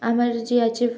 আমার যে আছে